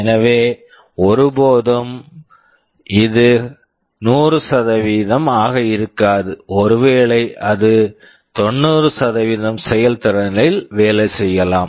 எனவே இது ஒருபோதும் 100 ஆக இருக்காது ஒருவேளை அது 90 செயல்திறனில் வேலை செய்யலாம்